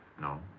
No